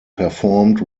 performed